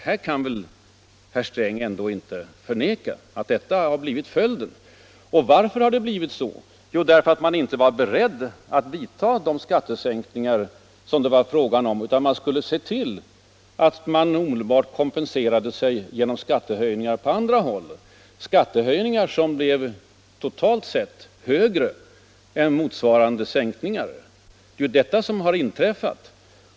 Herr Sträng kan väl inte förneka att detta har blivit följden. Varför har det blivit så? Därför att man inte var beredd att vidta skattesänkningar, utan man skulle se till att omedelbart kompensera sig genom skattehöjningar på andra håll, skattehöjningar som totalt sett blev högre än motsvarande sänkningar. Det är detta som har inträffat.